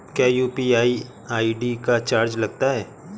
क्या UPI ID का charge लगता है?